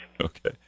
Okay